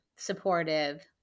Supportive